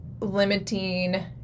limiting